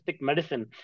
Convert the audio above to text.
medicine